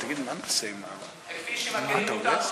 כפי שמכירים אותנו,